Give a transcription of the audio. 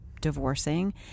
divorcing